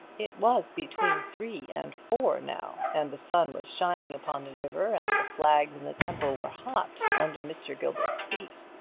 it was between three and four now, and the sun was shining upon the river, and the flags in the temple were hot under mr. gilbert's feet.